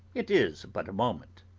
it is but a moment.